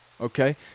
okay